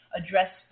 address